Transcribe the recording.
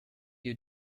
you